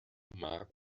mark